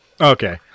Okay